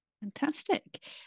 Fantastic